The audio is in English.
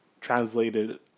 translated